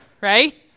right